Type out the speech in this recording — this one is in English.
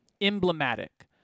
emblematic